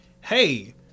hey